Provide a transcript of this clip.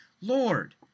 Lord